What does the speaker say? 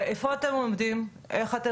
אני לא הייתי מושפעת משום דבר.